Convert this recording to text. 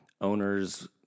owners